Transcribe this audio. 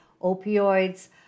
opioids